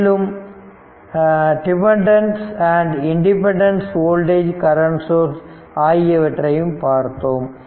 மேலும் டிபெண்டன்ஸ் மற்றும் independence voltage current source ஆகியவற்றையும் பார்த்தோம்